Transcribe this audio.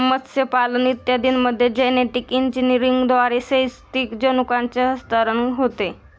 मत्स्यपालन इत्यादींमध्ये जेनेटिक इंजिनिअरिंगद्वारे क्षैतिज जनुकांचे हस्तांतरण होते